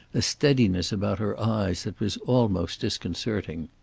a steadiness about her eyes that was almost disconcerting.